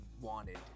wanted